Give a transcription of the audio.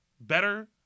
better